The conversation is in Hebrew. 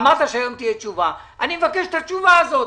אמרת שהיום תהיה תשובה, אני מבקש את התשובה הזאת,